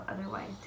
otherwise